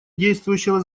действующего